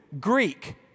Greek